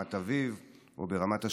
ברמת אביב או ברמת השרון.